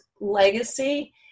legacy